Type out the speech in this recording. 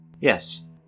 Yes